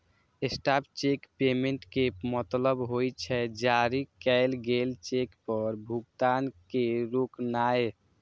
stop cheque payment के मतलब होइ छै, जारी कैल गेल चेक पर भुगतान के रोकनाय